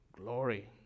glory